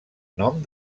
nom